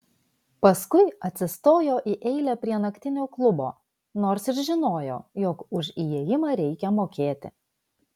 paskui atsistojo į eilę prie naktinio klubo nors ir žinojo jog už įėjimą reikia mokėti